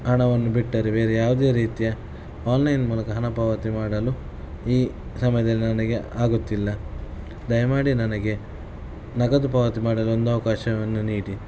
ಹಣವನ್ನು ಬಿಟ್ಟರೆ ಬೇರೆ ಯಾವುದೇ ರೀತಿಯ ಆನ್ಲೈನ್ ಮೂಲಕ ಹಣ ಪಾವತಿ ಮಾಡಲು ಈ ಸಮಯದಲ್ಲಿ ನನಗೆ ಆಗುತ್ತಿಲ್ಲ ದಯಮಾಡಿ ನನಗೆ ನಗದು ಪಾವತಿ ಮಾಡಲು ಒಂದು ಅವಕಾಶವನ್ನು ನೀಡಿ